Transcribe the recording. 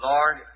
Lord